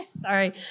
Sorry